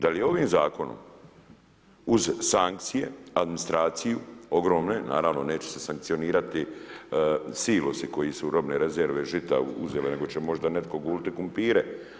Da li ovim Zakonom uz sankcije, administraciju, ogromna je, naravno neće se sankcionirati silosi koji su robne rezerve žita … nego će možda netko guliti krumpire.